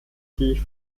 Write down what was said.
die